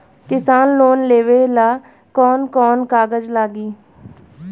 किसान लोन लेबे ला कौन कौन कागज लागि?